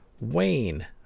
Wayne